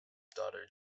daughter